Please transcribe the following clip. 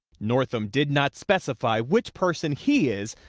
northam did not specify which person he is,